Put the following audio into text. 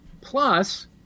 Plus